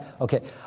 Okay